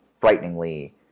frighteningly